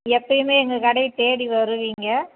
எப்பயுமே எங்கள் கடையை தேடி வருவீங்க